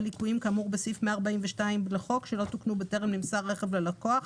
ליקויים בטיחותיים כאמור בסעיף 142 לחוק שלא תוקנו בטרם נמסר הרכב ללקוח,